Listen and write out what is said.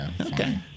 okay